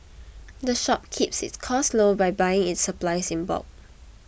the shop keeps its costs low by buying its supplies in bulk